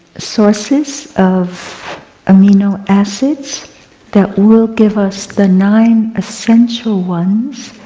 sources of amino acids that will give us the nine essential ones